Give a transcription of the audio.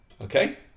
Okay